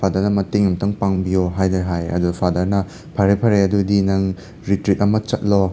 ꯐꯥꯗꯔꯅ ꯃꯇꯦꯡ ꯑꯃꯇꯪ ꯄꯥꯡꯕꯤꯌꯣ ꯍꯥꯏꯗꯅ ꯍꯥꯏꯔꯦ ꯑꯗ ꯐꯥꯗꯔꯅ ꯐꯔꯦ ꯐꯔꯦ ꯑꯗꯨꯗꯤ ꯅꯪ ꯔꯤꯇ꯭ꯔꯤꯠ ꯑꯃ ꯆꯠꯂꯣ